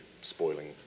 spoiling